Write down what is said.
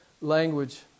language